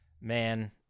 Man